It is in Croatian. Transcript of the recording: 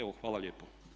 Evo hvala lijepo.